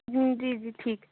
جی جی ٹھیک